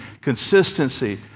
consistency